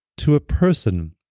to a person